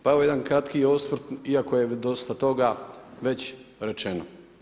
Pa evo jedan kratki osvrt iako je dosta toga već rečeno.